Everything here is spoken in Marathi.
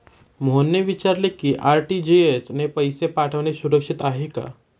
मोहनने विचारले की आर.टी.जी.एस ने पैसे पाठवणे सुरक्षित आहे का?